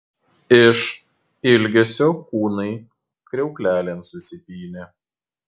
iš ilgesio kūnai kriauklelėn susipynė